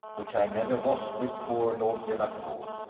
which i never was with poor lord delacour.